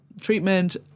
treatment